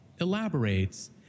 elaborates